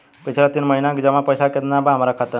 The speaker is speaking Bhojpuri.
पिछला तीन महीना के जमा पैसा केतना बा हमरा खाता मे?